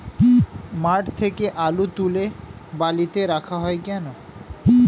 মাঠ থেকে আলু তুলে বালিতে রাখা হয় কেন?